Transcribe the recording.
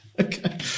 Okay